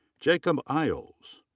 jacob iles.